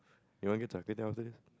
you wanna get char-kueh-teow after this